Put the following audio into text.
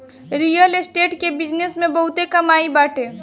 real estate के business में बहुते कमाई बाटे